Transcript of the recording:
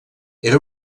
era